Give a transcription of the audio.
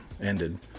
ended